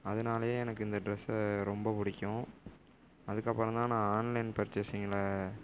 அதனாலயே எனக்கு இந்த ட்ரெஸ்ஸை ரொம்ப பிடிக்கும் அதுக்கப்புறம் தான் நான் ஆன்லைன் பர்ச்சேஸிங்கில்